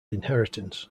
inheritance